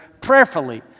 prayerfully